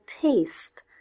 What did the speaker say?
taste